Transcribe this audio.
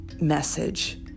message